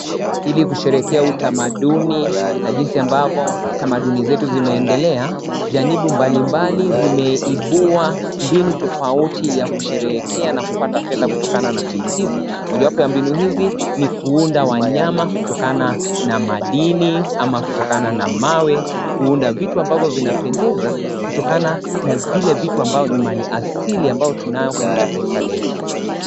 Ili kusherehekea utamaduni na jinsi ambavyo tamaduni zetu zimeedelea, janibu balibali zimeibua mbinu tofauti ya kusherehekea na kupata fedha kutokana na mbinu hizi. Mojawapo ya mbinu hizi ni kuunda wanyama kutokana na madini ama kutokana na mawe kuunda vitu ambavyo vinapendeza kutokana na vile vitu ambavyo ni mali asili ambayo tunayo katika taifa letu.